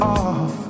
off